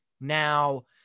now